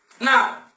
Now